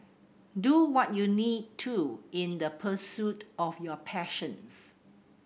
do what you need to in the pursuit of your passions